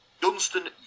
Dunstan